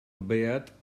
beat